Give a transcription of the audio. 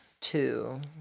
two